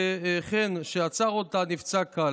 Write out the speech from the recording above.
וחן, שעצר אותה, נפצע קל.